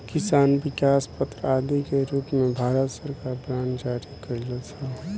किसान विकास पत्र आदि के रूप में भारत सरकार बांड जारी कईलस ह